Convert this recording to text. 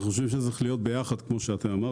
אנחנו חושבים שזה צריך להיות ביחד כפי שהצעתם.